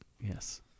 Yes